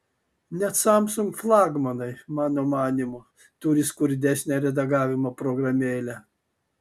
net samsung flagmanai mano manymu turi skurdesnę redagavimo programėlę